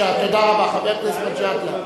חבר הכנסת מג'אדלה.